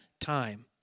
time